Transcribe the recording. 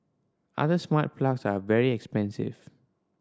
other smart plugs are very expensive